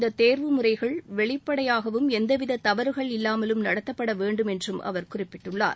இந்தத் தேர்வு முறைகள் வெளிப்படையாகவும் எந்த வித தவறுகள் மேலும் இல்லாமல் நடத்தப்படவேண்டும் என்றும் அவர் குறிப்பிட்டுள்ளார்